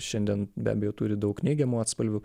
šiandien be abejo turi daug neigiamų atspalvių